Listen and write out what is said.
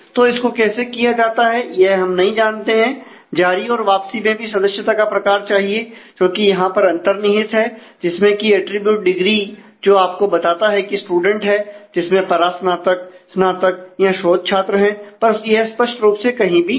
तो इसको कैसे किया जाता है यह हम नहीं जानते हैं जारी और वापसी में भी सदस्यता का प्रकार चाहिए जो की यहां पर अंतर्निहित है जिसमें कि एट्रिब्यूट डिग्री जो आपको बताता है कि स्टूडेंट है जिसमें स्नातक है परास्नातक है या शोध छात्र है पर यह स्पष्ट रूप से कहीं भी नहीं है